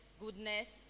goodness